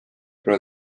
pole